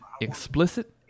explicit